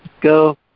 go